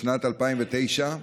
בשנת 2009,